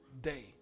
day